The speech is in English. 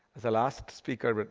the last speaker, but